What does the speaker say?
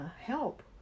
help